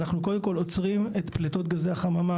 אנחנו קודם כל עוצרים את פליטות גזי החממה,